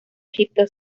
egipto